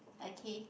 okay